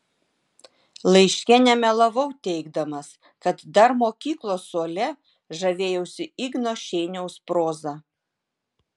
laiške nemelavau teigdamas kad dar mokyklos suole žavėjausi igno šeiniaus proza